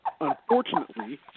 Unfortunately